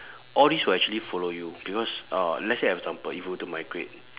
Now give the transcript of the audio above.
all these will actually follow you because uh let's say example if were to migrate